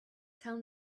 tell